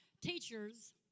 Teachers